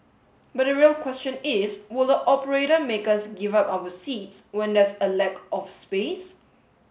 but the real question is will the operator make us give up our seats when there's a lack of space